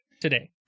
today